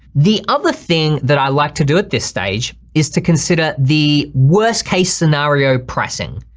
the other thing that i like to do at this stage is to consider the worst case scenario pricing.